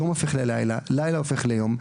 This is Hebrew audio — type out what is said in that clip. יום הופך ללילה ולילה הופך ליום,